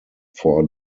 four